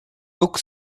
book